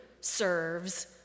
serves